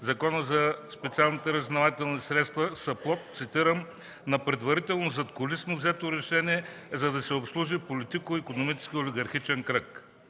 Закона за специалните разузнавателни средства са плод, цитирам, на предварително задкулисно взето решение, за да се обслужи политико-икономически олигархичен кръг.